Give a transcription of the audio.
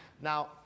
Now